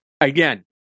Again